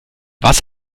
was